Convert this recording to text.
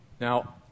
Now